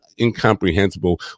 incomprehensible